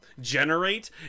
generate